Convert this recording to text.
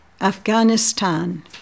Afghanistan